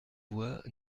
voix